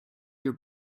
your